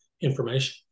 information